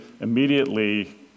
immediately